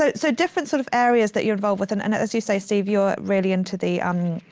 ah so different sort of areas that you are involved with. and and as you say, steve, you're really into the